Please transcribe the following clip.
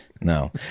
No